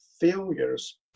failures